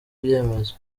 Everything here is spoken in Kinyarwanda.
ibyemezo